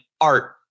art